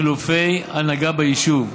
חילופי הנהגה ביישוב,